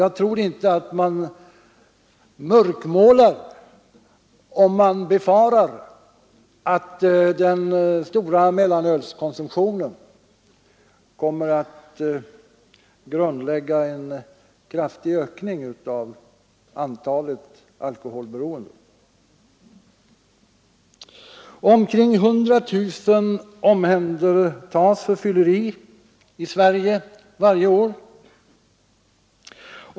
Jag tror inte det är att mörkmåla om man befarar att den höga mellanölskonsumtionen kommer att grundlägga en kraftig ökning av antalet alkoholberoende. Omkring 100 000 personer omhändertas för fylleri i Sverige varje år.